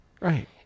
Right